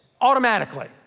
automatically